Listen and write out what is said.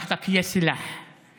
(אומר בערבית: הכנות שלך היא כלי הנשק שלך.)